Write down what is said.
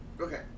Okay